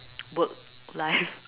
work life